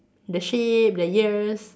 the shape the ears